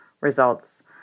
results